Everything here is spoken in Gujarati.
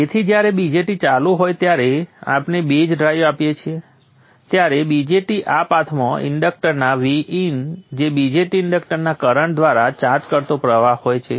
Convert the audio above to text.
તેથી જ્યારે BJT ચાલુ હોય ત્યારે આપણે બેઝ ડ્રાઇવ આપીએ છીએ ત્યારે BJT આ પાથમાં ઇન્ડક્ટરના Vin જે BJT ઇન્ડક્ટરના કરંટ ધ્વારા ચાર્જ કરતો પ્રવાહ હોય છે